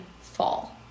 fall